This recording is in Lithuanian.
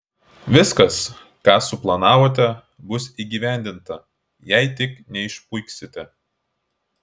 viskas ką suplanavote bus įgyvendinta jei tik neišpuiksite